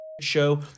show